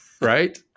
Right